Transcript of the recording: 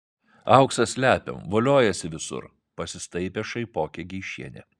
auksą slepiam voliojasi visur pasistaipė šaipokė geišienė